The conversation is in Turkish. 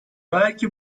belki